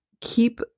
keep